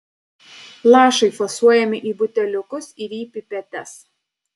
lašai fasuojami į buteliukus ir į pipetes